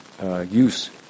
Use